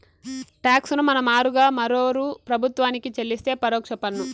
talks ను మన మారుగా మరోరూ ప్రభుత్వానికి చెల్లిస్తే పరోక్ష పన్ను